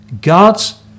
God's